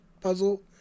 puzzle